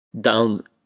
down